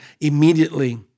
immediately